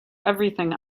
everything